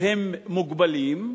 הן מוגבלות,